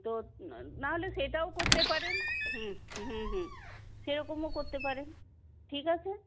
তো না হলে সেটাও করতে পারেন হুম হুম হুম হুম সেরকমও করতে পারেন ঠিক আছে